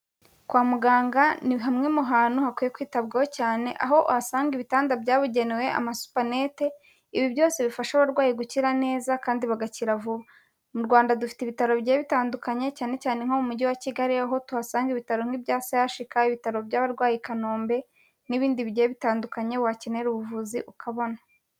kwa muganga ni hamwe mu hantu hakwiye kwitabwaho cyane aho uhasanga ibitanda byabugenewe, amasupanete, ibi byose bifasha abarwayi gukira neza kandi bagakira vuba. Mu Rwanda dufite ibitaro bigiye bitandukanye cyane cyane nko mu mujyi wa Kigali aho tuhasanga ibitaro nk'ibya CHUK, ibitaro by'abarwayi i Kanombe n'ibindi bigiye bitandukanye wakenera ubuvuzi ukabona.